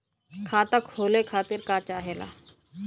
खाता खोले खातीर का चाहे ला?